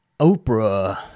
Oprah